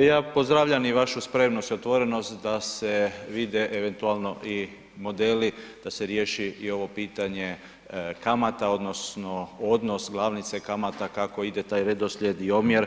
Ja pozdravljam i vašu spremnost i otvorenost da se vide eventualno i modeli da se riješi i ovo pitanje kamata odnosno odnos glavnice kamata kako taj ide taj redoslijed i omjer